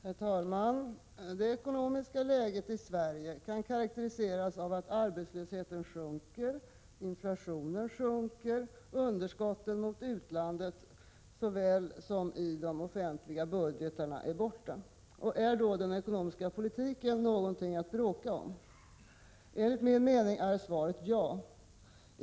Herr talman! Det ekonomiska läget i Sverige kan karakteriseras av att arbetslösheten minskar, inflationen sjunker, underskotten gentemot utlandet såväl som i de offentliga budgetarna är borta. Är då den ekonomiska politiken något att bråka om? Enligt min mening är svaret ja.